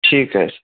ठीक आहे